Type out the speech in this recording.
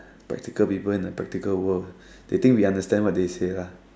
practical people in a practical world they think we understand what they say lah